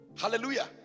Hallelujah